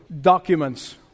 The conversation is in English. documents